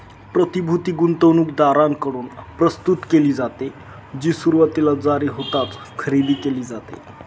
प्रतिभूती गुंतवणूकदारांकडून प्रस्तुत केली जाते, जी सुरुवातीला जारी होताच खरेदी केली जाते